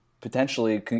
potentially